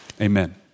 Amen